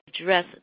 address